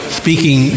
speaking